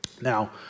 Now